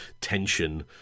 tension